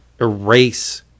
erase